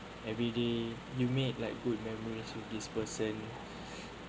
everyday you made like good memories with this person